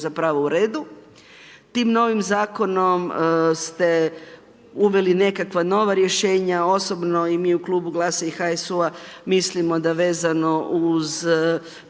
zapravo u redu tim novim zakonom, ste uveli nekakva nova rješenja, osobno i mi u Klubu GLAS-a i HSU-a mislimo da je vezano